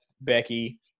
Becky